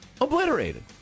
obliterated